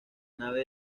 nave